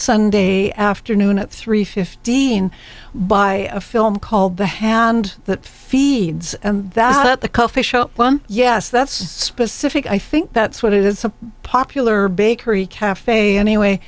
sunday afternoon at three fifteen by a film called the hand that feeds and that at the coffee shop yes that's pacific i think that's what it is a popular bakery cafe anyway